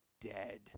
dead